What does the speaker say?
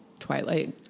Twilight